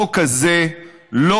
החוק הזה לא